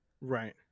Right